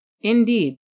Indeed